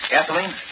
Gasoline